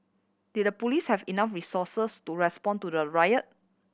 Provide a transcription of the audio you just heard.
did the police have enough resources to respond to the riot